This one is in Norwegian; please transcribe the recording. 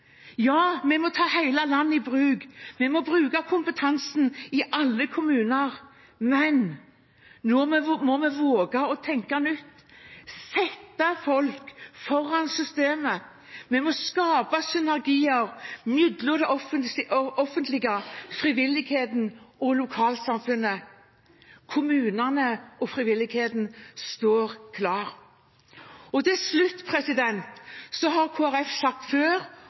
Ja, vi må ta hele landet i bruk, vi må bruke kompetansen i alle kommuner, men vi må våge å tenke nytt, sette folk foran systemet. Vi må skape synergier mellom det offentlige, frivilligheten og lokalsamfunnet. Kommunene og frivilligheten står klar. Til slutt har Kristelig Folkeparti sagt før